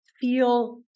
feel